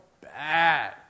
bad